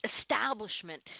establishment